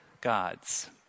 gods